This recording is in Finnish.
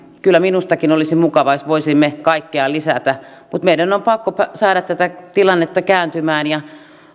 kyllä minustakin olisi mukavaa jos voisimme kaikkea lisätä mutta meidän on pakko saada tätä tilannetta kääntymään